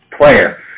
player